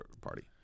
party